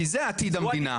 כי זה עתיד המדינה.